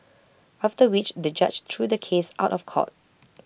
after which the judge threw the case out of court